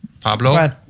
Pablo